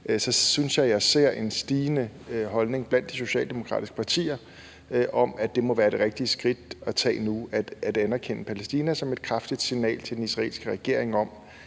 – synes jeg, jeg ser en stigende tendens blandt de socialdemokratiske partier til, at man har den holdning, at det rigtige skridt at tage nu må være at anerkende Palæstina for at sende et kraftigt signal til den israelske regering om,